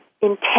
intense